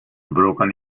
broken